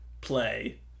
play